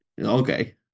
Okay